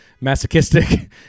masochistic